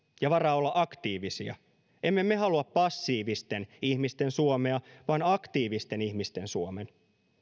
ja varaa olla aktiivisia emme me halua passiivisten ihmisten suomea vaan aktiivisten ihmisten suomen